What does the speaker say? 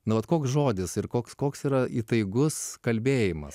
nu vat koks žodis ir koks koks yra įtaigus kalbėjimas